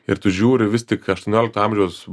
ir tu žiūri vis tik aštuoniolikto amžiaus